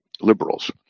Liberals